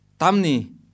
Tamni